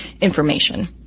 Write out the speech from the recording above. information